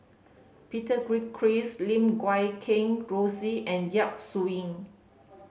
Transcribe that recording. Peter Gilchrist Lim Guat Kheng Rosie and Yap Su Yin